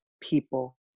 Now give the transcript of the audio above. People